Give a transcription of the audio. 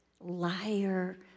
liar